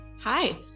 hi